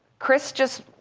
chris just,